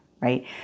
right